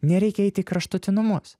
nereikia eit į kraštutinumus